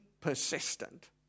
persistent